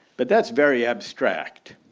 but that's very abstract.